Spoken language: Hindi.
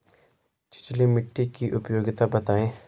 छिछली मिट्टी की उपयोगिता बतायें?